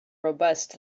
robust